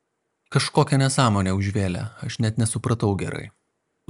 kažkokią nesąmonę užvėlė aš net nesupratau gerai